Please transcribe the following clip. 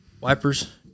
wipers